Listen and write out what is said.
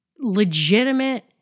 legitimate